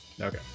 Okay